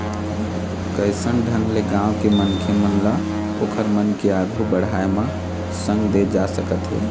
कइसन ढंग ले गाँव के मनखे मन ल ओखर मन के आघु बड़ाय म संग दे जा सकत हे